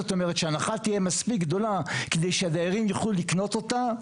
זאת אומרת שההנחה תהיה מספיק גדולה כדי שהדיירים יוכלו לקנות אותה,